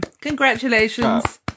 Congratulations